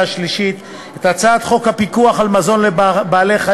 שלישית את הצעת חוק הפיקוח על מזון לבעלי-חיים,